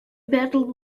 battled